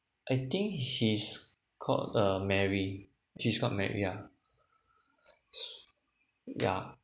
I think she's called uh mary she's called mar~ yeah s~ yeah